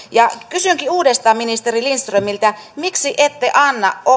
kysynkin uudestaan ministeri lindströmiltä miksi ette anna